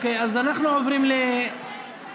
אנחנו עוברים להצבעה